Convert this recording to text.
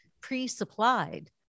pre-supplied